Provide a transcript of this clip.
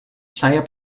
saya